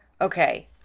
Okay